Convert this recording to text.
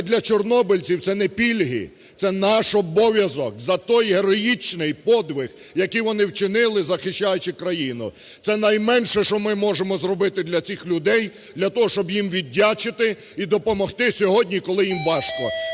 для чорнобильців це не пільги, це наш обов'язок за той героїчний подвиг, який вони вчинили, захищаючи країну. Це найменше, що ми можемо зробити для цих людей для того, щоб їм віддячити і допомогти сьогодні, коли їм важко.